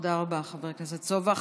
תודה רבה, חבר הכנסת סובה.